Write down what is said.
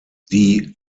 die